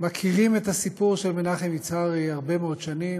מכירים את הסיפור של מנחם יצהרי הרבה מאוד שנים.